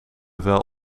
wel